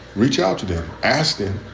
reach out to them, ask them,